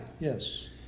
Yes